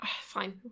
fine